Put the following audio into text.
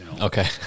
Okay